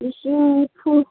ꯂꯤꯁꯤꯡ ꯅꯤꯐꯨ